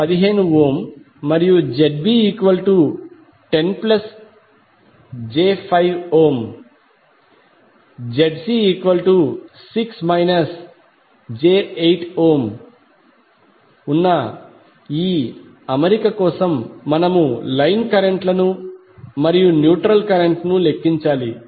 ZA15 ZB10j5 ZC6 j8 ఉన్న ఈ అమరిక కోసం మనము లైన్ కరెంట్ లను మరియు న్యూట్రల్ కరెంట్ ను లెక్కించాలి